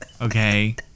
Okay